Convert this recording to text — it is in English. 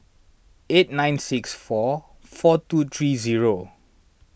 eight nine six four four two three zero